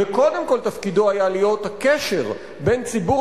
וקודם כול תפקידו היה להיות הקשר בין ציבור